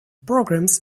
programs